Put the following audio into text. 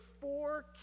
four